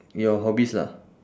your hobbies lah